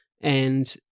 And-